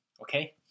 okay